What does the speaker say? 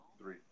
Three